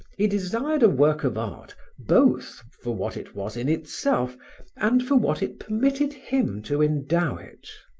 he desired a work of art both for what it was in itself and for what it permitted him to endow it.